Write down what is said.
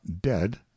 dead